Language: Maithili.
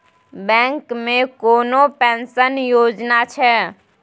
बैंक मे कोनो पेंशन योजना छै?